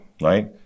right